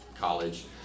college